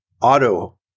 auto